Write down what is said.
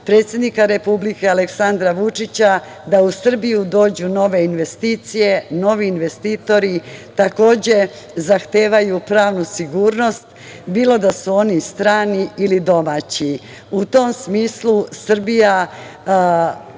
predsednika Republike Aleksandra Vučića da u Srbiju dođu nove investicije, novi investitori, takođe zahtevaju pravnu sigurnost, bilo da su oni strani ili domaći.U tom smislu, Srbija